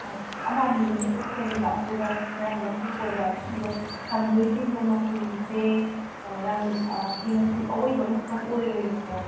ꯑꯥ ꯑꯃ ꯑꯅꯤꯃꯗꯤ ꯀꯨꯞꯀꯅꯦꯕ ꯑꯗꯨꯒ ꯈꯔ ꯑꯃꯅ ꯀꯨꯞꯄꯣꯏꯕ ꯑꯗꯨꯁꯤꯡꯗꯣ ꯊꯝꯗꯣꯏꯁꯤꯡꯗꯣ ꯃꯆꯨꯁꯦ ꯔꯪ ꯍꯥꯏꯗꯤ ꯃꯆꯨ ꯑꯑꯣꯏꯕ ꯑꯃ ꯈꯛꯇꯪ ꯑꯣꯏꯔꯣꯏꯕꯀꯣ